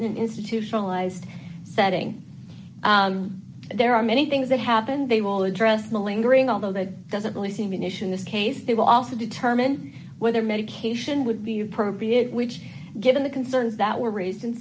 in an institutionalized setting there are many things that happen they will address the lingering although that doesn't really seem an issue in this case they will also determine whether medication would be appropriate which given the concerns that were raised and